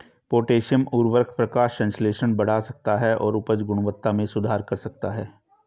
potassium उवर्रक प्रकाश संश्लेषण बढ़ा सकता है और उपज गुणवत्ता में सुधार कर सकता है